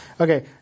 okay